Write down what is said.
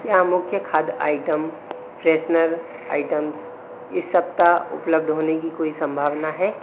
क्या मुख्य खाद्य आइटम फ्रेशनर आइटम्स इस सप्ताह उपलब्ध होने की कोई संभावना है